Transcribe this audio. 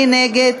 מי נגד?